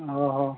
ᱚᱻ ᱦᱚᱸ